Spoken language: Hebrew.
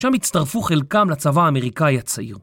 ‫שם הצטרפו חלקם לצבא האמריקאי הצעיר.